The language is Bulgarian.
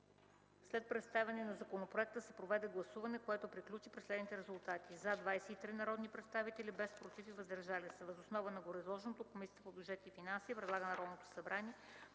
След представяне на законопроекта се проведе гласуване, което приключи при следните резултати: „за” – 23 народни представители, без „против” и „въздържали се”. Въз основа на гореизложеното Комисията по бюджет и финанси предлага на Народното събрание